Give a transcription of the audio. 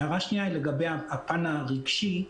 הערה שנייה היא לגבי הפן הרגשי.